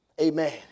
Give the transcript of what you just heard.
amen